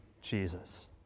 Jesus